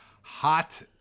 Hot